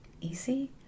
easy